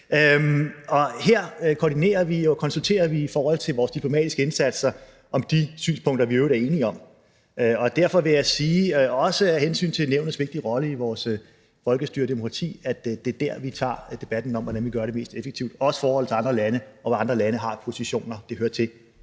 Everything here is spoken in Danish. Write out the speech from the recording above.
og konsulterer vi i forhold til vores diplomatiske indsatser og de synspunkter, som vi jo i øvrigt er enige om. Og derfor vil jeg sige, også af hensyn til Nævnets vigtige rolle i vores folkestyre og demokrati, at det er dér, hvor vi tager debatten om, hvordan vi gør det her mest effektivt, også i forhold til andre lande og hvad de har af positioner. Det hører til